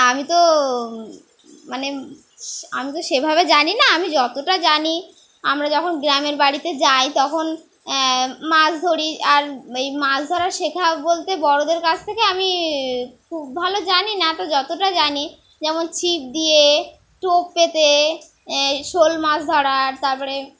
আমি তো মানে আমি তো সেভাবে জানি না আমি যতটা জানি আমরা যখন গ্রামের বাড়িতে যাই তখন মাছ ধরি আর এই মাছ ধরার শেখা বলতে বড়দের কাছ থেকে আমি খুব ভালো জানি না তো যতটা জানি যেমন ছিপ দিয়ে টোপ পেতে শোল মাছ ধরার তারপরে